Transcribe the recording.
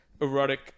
erotic